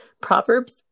Proverbs